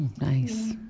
nice